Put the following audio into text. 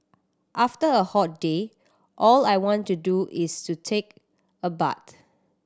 after a hot day all I want to do is to take a bath